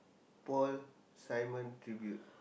Paul-Simon tribute